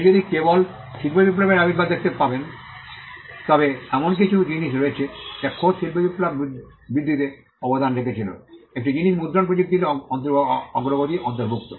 আপনি যদি কেবল শিল্প বিপ্লবের আবির্ভাব দেখতে পান তবে এমন কিছু জিনিস রয়েছে যা খোদ শিল্প বিপ্লব বৃদ্ধিতে অবদান রেখেছিল একটি জিনিস মুদ্রণ প্রযুক্তির অগ্রগতি অন্তর্ভুক্ত